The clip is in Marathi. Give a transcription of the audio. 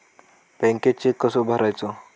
बँकेत चेक कसो भरायचो?